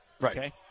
Right